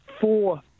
four